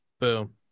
Boom